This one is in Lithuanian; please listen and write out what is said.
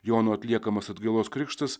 jono atliekamas atgailos krikštas